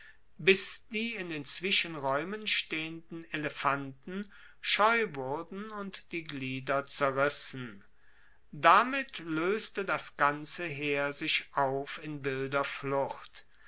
bis die in den zwischenraeumen stehenden elefanten scheu wurden und die glieder zerrissen damit loeste das ganze heer sich auf in wilder flucht